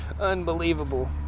Unbelievable